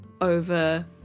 over